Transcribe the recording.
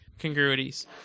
congruities